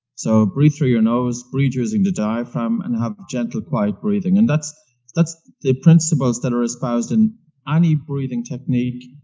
so breathe through your nose, breathe using the diaphragm, and have gentle quiet breathing. and that's that's the principles that are espoused and any breathing technique.